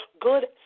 good